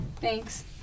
thanks